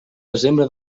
desembre